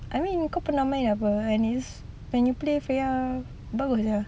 I mean kau pernah main apa and it's when you play freya bagus lah